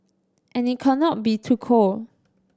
and it cannot be too cold